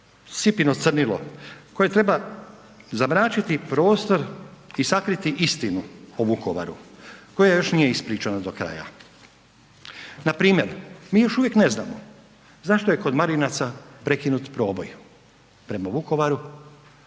sipino crnilo koje treba zamračiti prostor i sakriti istinu o Vukovaru koja još nije ispričana do kraja. Npr. mi još uvijek ne znamo zašto je kod Marinaca prekinut proboj prema Vukovaru,